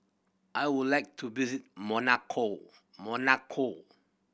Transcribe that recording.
I would like to visit Monaco Monaco